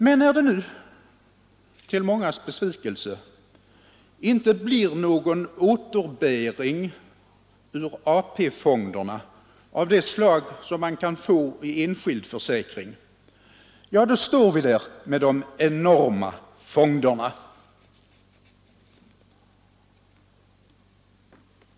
Men när det nu till mångas besvikelse inte blir någon återbäring ur AP-fonderna av det slag som man kan få vid enskild försäkring, står vi där med de enorma fonderna.